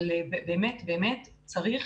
אבל באמת באמת צריך,